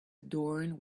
adorned